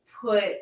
put